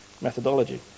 methodology